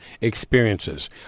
experiences